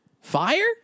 Fire